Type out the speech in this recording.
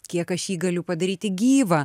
kiek aš jį galiu padaryti gyvą